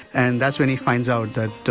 and that's when he finds out that